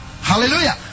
Hallelujah